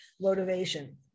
motivation